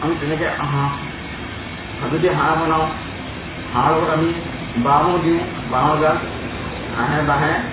আমি তেনেকৈ হাঁহ যদি হাঁহ বনাওঁ হাঁহৰ লগত আমি বাঁহো দিওঁ বাহঁৰ গাজ হাঁহে বাঁহে